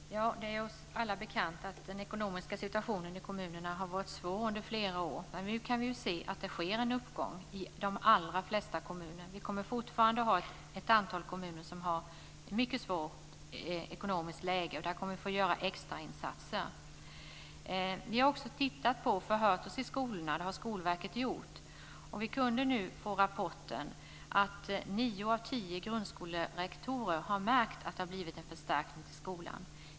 Fru talman! Det är för oss alla bekant att den ekonomiska situationen i kommunerna har varit svår under flera år. Men nu kan vi se att det sker en uppgång i de allra flesta kommuner. Det kommer fortfarande att finnas ett antal kommuner som har ett mycket svårt ekonomiskt läge, och där får vi göra extrainsatser. Skolverket har också förhört sig ute i skolorna. Rapporten visar att nio av tio grundskolerektorer har märkt att det har blivit en förstärkning till skolan.